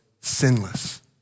sinless